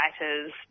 writers